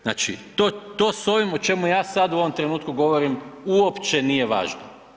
Znači to, to s ovim o čemu ja sad u ovom trenutku govorim uopće nije važno.